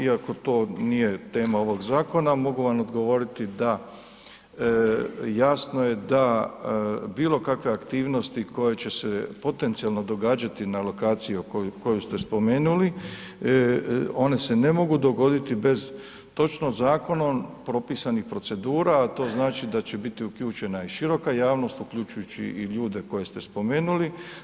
Iako to nije tema ovog zakona, mogu vam odgovoriti da jasno je da bilo kakve aktivnosti koje će se potencijalno događati na lokaciji koju ste spomenuli, ona se ne mogu dogoditi bez točno zakonom propisanih procedura, a to znači da će biti uključena i široka javnost, uključujući i ljude koje ste spomenuli.